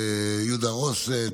יהודה רוסט,